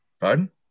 Pardon